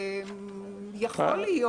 יכול להיות